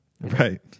Right